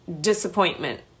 disappointment